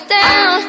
down